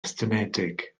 estynedig